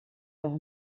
leur